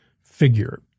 figure